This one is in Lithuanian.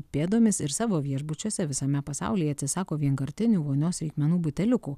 pėdomis ir savo viešbučiuose visame pasaulyje atsisako vienkartinių vonios reikmenų buteliukų